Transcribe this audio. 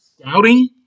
scouting